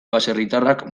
baserritarrak